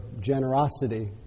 generosity